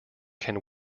can